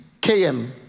km